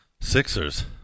Sixers